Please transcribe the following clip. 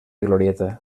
glorieta